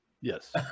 yes